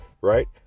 right